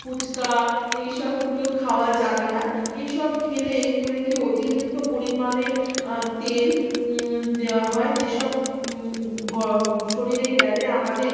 ফুচকা এই সবগুলো খাওয়া যাবে না এই সব খেলে এইগুলোকে অতিরিক্ত পরিমাণে তেল দেওয়া হয় যে সব শরীরে গেলে আমাদের